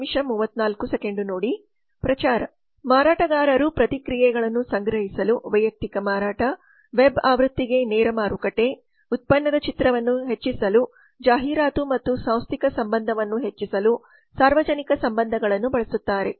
ಪ್ರಚಾರ ಮಾರಾಟಗಾರರು ಪ್ರತಿಕ್ರಿಯೆಗಳನ್ನು ಸಂಗ್ರಹಿಸಲು ವೈಯಕ್ತಿಕ ಮಾರಾಟ ವೆಬ್ ಆವೃತ್ತಿಗೆ ನೇರ ಮಾರುಕಟ್ಟೆ ಉತ್ಪನ್ನದ ಚಿತ್ರಣವನ್ನು ಹೆಚ್ಚಿಸಲು ಜಾಹೀರಾತು ಮತ್ತು ಸಾಂಸ್ಥಿಕ ಸಂಬಂಧವನ್ನು ಹೆಚ್ಚಿಸಲು ಸಾರ್ವಜನಿಕ ಸಂಬಂಧಗಳನ್ನು ಬಳಸುತ್ತಾರೆ